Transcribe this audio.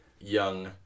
young